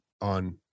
on